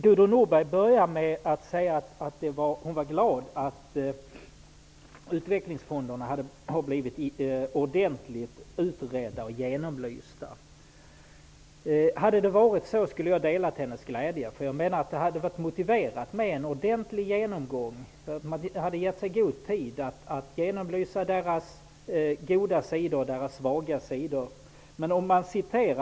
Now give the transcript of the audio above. Gudrun Norberg började med att säga att hon var glad för att utvecklingsfonderna har blivit ordentligt utredda och genomlysta. Hade det varit så hade jag delat hennes glädje. Jag menar att det hade varit motiverat med en ordentlig genomgång där det hade getts god tid att genomlysa utvecklingsfondernas goda och svaga sidor.